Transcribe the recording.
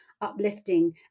uplifting